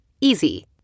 Easy